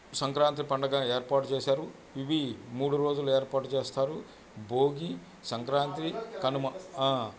సంక్రాంతి పండగ ఏర్పాటు చేశారు ఇవి మూడు రోజులు ఏర్పాటు చేస్తారు భోగి సంక్రాంతి కనుమ